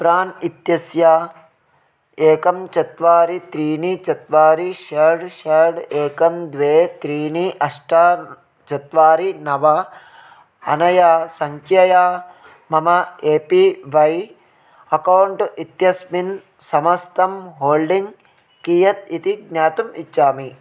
प्रान् इत्यस्य एकं चत्वारि त्रीणि चत्वारि षड् षड् एकं द्वे त्रीणि अष्ट चत्वारि नव अनया सङ्ख्यया मम ए पी वै अकौण्ट् इत्यस्मिन् समस्तं होल्डिङ्ग् कियत् इति ज्ञातुम् इच्छामि